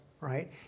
Right